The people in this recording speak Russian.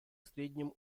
средним